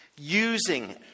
using